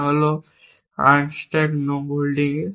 তা হল unstack no holding এ